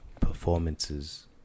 performances